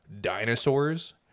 dinosaurs